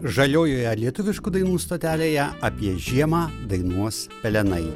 žaliojoje lietuviškų dainų stotelėje apie žiemą dainuos pelenai